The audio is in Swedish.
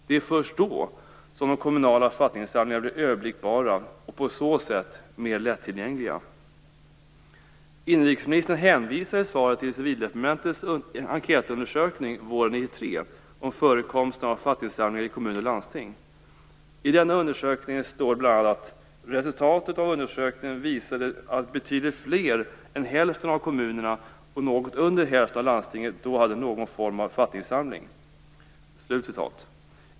Det är först då som de kommunala författningssamlingarna blir överblickbara och på så sätt mer lättillgängliga. Inrikesministern hänvisar i svaret till Civildepartementets enkätundersökning våren 1993 om förekomsten av författningssamlingar i kommuner och landsting. I denna undersökning står det bl.a.: Resultatet av undersökningen visade att betydligt fler än hälften av kommunerna och något under hälften av landstingen då hade någon form av författningssamling.